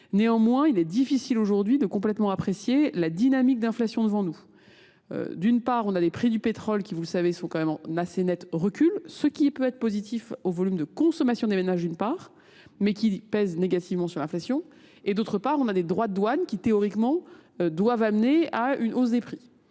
Néanmoins, il est difficile aujourd'hui de complètement apprécier la dynamique d'inflation devant nous. D'une part, on a des prix du pétrole qui, vous le savez, sont quand même assez nets recul, ce qui peut être positif au volume de consommation des ménages d'une part, mais qui pèse négativement sur l'inflation, et d'autre part, on a des droits de douane qui, théoriquement, doivent amener à une hausée des prix.